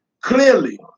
clearly